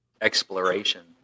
exploration